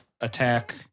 attack